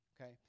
okay